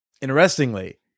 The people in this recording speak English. Interestingly